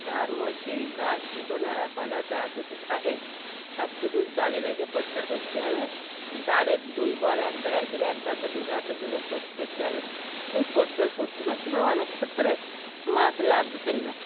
তার মধ্যেই ঘাস কুঁটো নাড়াপাতা যা কিছু থাকে সব কিছু জালে রেখে পরিষ্কার করতে হবে জালের দুই বর এক জায়গায় করে এক ধার দিয়ে দু ধার দিয়ে দুজন পরিষ্কার করতে হবে ওই পরিষ্কার করতে করতে পর অনেক ক্ষেত্রে মাছ লাফ দিয়ে চলে যায়